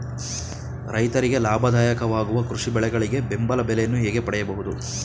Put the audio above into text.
ರೈತರಿಗೆ ಲಾಭದಾಯಕ ವಾಗುವ ಕೃಷಿ ಬೆಳೆಗಳಿಗೆ ಬೆಂಬಲ ಬೆಲೆಯನ್ನು ಹೇಗೆ ಪಡೆಯಬಹುದು?